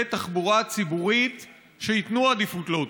תחבורה ציבורית שייתנו עדיפות לאוטובוסים.